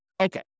Okay